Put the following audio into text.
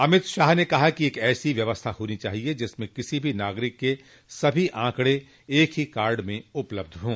अमित शाह ने कहा कि एक ऐसी व्यवस्था होनी चाहिए जिसमें किसी भी नागरिक के सभी आंकड़े एक ही कार्ड में उपलब्ध हों